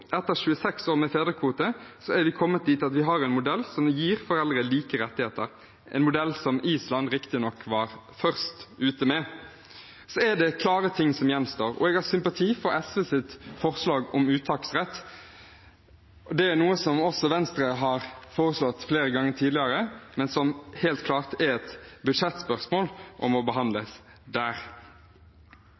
etter 26 år med fedrekvote, har vi kommet dit at vi har en modell som gir foreldre like rettigheter, en modell som Island riktignok var først ute med. Så er det klare ting som gjenstår, og jeg har sympati for SVs forslag om uttaksrett. Det er noe som også Venstre har foreslått flere ganger tidligere, men som helt klart er et budsjettspørsmål og må behandles